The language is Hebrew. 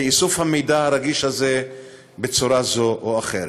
לאיסוף המידע הרגיש הזה בצורה זו או אחרת.